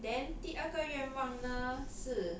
then 第二个愿望呢是